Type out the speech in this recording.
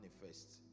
manifest